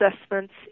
assessments